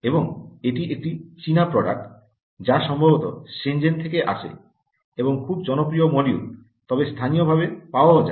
এবং এটি একটি চীনা প্রডাক্ট যা সম্ভবত শেনজান থেকে আসে এবং খুব জনপ্রিয় মডিউল তবে স্থানীয়ভাবে পাওয়া যায়